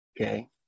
Okay